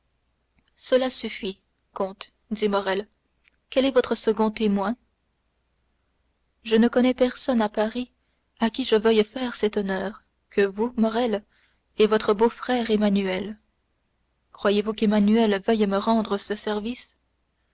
cela suffit comte dit morrel quel est votre second témoin je ne connais personne à paris à qui je veuille faire cet honneur que vous morrel et votre beau-frère emmanuel croyez-vous qu'emmanuel veuille me rendre ce service